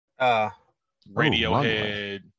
Radiohead